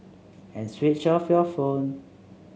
and switch off your phone